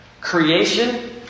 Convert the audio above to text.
Creation